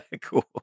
Cool